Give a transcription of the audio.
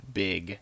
big